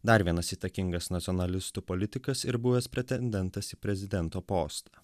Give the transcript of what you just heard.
dar vienas įtakingas nacionalistų politikas ir buvęs pretendentas į prezidento postą